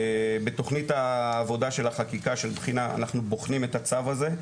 בתכנית העבודה של החקיקה של בחינה אנחנו בוחנים את הצו הזה,